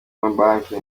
mabanki